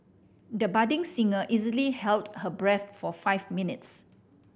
the budding singer easily held her breath for five minutes